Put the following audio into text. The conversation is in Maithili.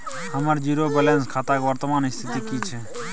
हमर जीरो बैलेंस खाता के वर्तमान स्थिति की छै?